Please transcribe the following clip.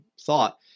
thought